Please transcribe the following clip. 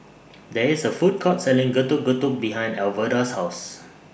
There IS A Food Court Selling Getuk Getuk behind Alverda's House